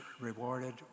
rewarded